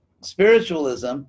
spiritualism